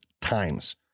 times